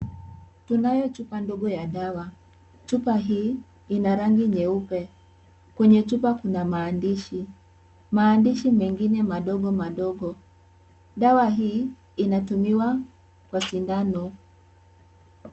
Tunayo chupa ndogo ya dawa, chupa hii ina rangi nyeupe kwenye chupa kuna maandishi , maandishi mengine madogo madogo dawa hii inatumiwa kwa sindano.